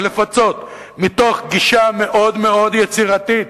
ולפצות מתוך גישה מאוד-מאוד יצירתית,